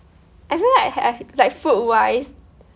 I feel like have like food wise